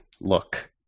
look